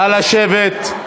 נא לשבת.